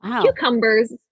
Cucumbers